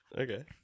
Okay